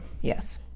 Yes